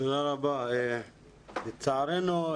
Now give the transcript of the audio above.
לצערנו,